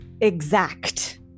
Exact